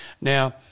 Now